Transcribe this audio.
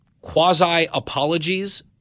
quasi-apologies